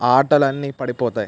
ఆటలన్నీ పడిపోతాయి